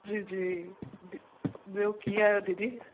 जी जी ब ॿियो कीअं आहियो दीदी